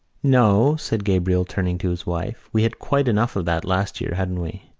no, said gabriel, turning to his wife, we had quite enough of that last year, hadn't we?